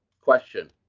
question